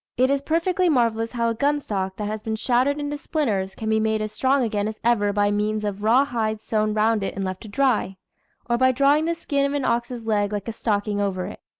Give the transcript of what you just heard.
it is perfectly marvellous how a gunstock, that has been shattered into splinters, can be made as strong again as ever, by means of raw hide sewn round it and left to dry or by drawing the skin of an ox's leg like a stocking over it.